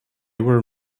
were